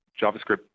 JavaScript